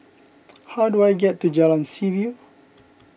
how do I get to Jalan Seaview